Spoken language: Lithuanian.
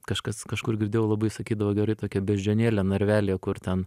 kažkas kažkur girdėjau labai sakydavo gerai tokią beždžionėlę narvelyje kur ten